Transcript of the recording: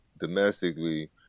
domestically